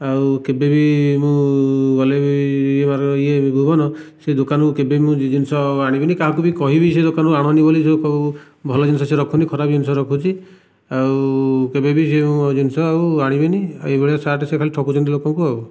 ଆଉ କେବେବି ମୁଁ ଗଲେ ଭୁବନ ସେ ଦୋକାନରୁ କେବେବି କିଛି ଜିନିଷ ଆଉ ଆଣିବିନି କି କାହାକୁ କହିବି ସେ ଦୋକାନରୁ ଆଣନି ବୋଲି ଭଲ ଜିନିଷ ସେ ରଖୁନି ଖରାପ ଜିନିଷ ରଖୁଛି ଆଉ କେବେବି ସେ ଜିନିଷ ଆଉ ଆଣିବିନି ଏଇଭଳିଆ ସାର୍ଟ ଦେଇ ଠକୁଛନ୍ତି ଲୋକଙ୍କୁ ଆଉ